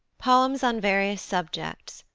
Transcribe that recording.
poems on various subjects,